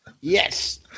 Yes